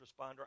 responder